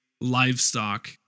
livestock